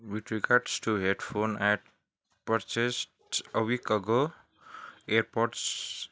with regards to headphone at purchased a week ago ear pods